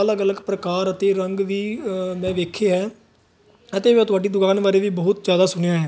ਅਲੱਗ ਅਲੱਗ ਪ੍ਰਕਾਰ ਅਤੇ ਰੰਗ ਵੀ ਮੈਂ ਵੇਖੇ ਹੈ ਅਤੇ ਮੈਂ ਤੁਹਾਡੀ ਦੁਕਾਨ ਬਾਰੇ ਵੀ ਬਹੁਤ ਜ਼ਿਆਦਾ ਸੁਣਿਆ ਹੈ